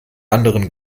anderen